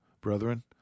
brethren